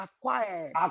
acquired